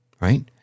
Right